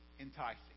enticing